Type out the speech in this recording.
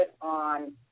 on